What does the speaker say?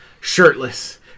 shirtless